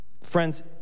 Friends